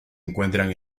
encuentran